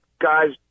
Guys